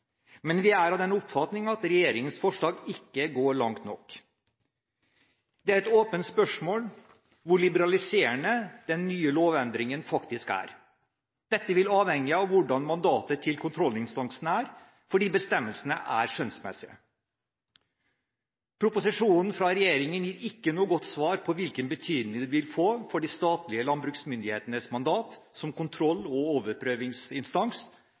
men vi er av den oppfatning at regjeringens forslag ikke går langt nok. Det er et åpent spørsmål hvor liberaliserende den nye lovendringen faktisk er. Dette vil avhenge av hvordan mandatet til kontrollinstansen er, fordi bestemmelsene er skjønnsmessige. Proposisjonen fra regjeringen gir ikke noe godt svar på hvilken betydning det vil få for de statlige landbruksmyndighetenes mandat som kontroll- og overprøvingsinstans